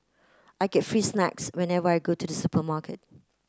I get free snacks whenever I go to the supermarket